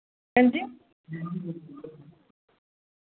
हां जी